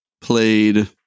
played